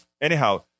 anyhow